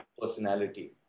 personality